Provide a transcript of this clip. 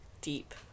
deep